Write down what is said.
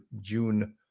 June